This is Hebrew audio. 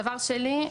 דבר שני,